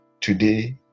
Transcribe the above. today